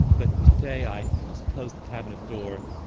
but today i just closed the cabinet door